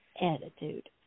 attitude